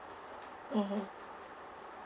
mmhmm